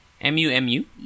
M-U-M-U